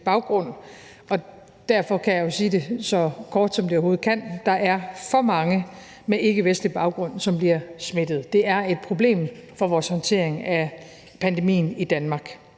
baggrund. Derfor siger jeg det så kort som overhovedet muligt: Der er for mange med ikkevestlig baggrund, som bliver smittet. Det er et problem for vores håndtering af pandemien i Danmark,